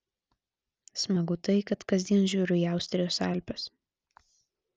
smagu tai kad kasdien žiūriu į austrijos alpes